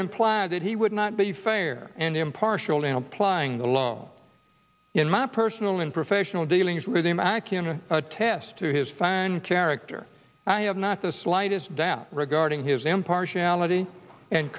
imply that he would not be fair and impartial in applying the law in my personal and professional dealings with him back in a test to his fine character i have not the slightest doubt regarding his impartiality and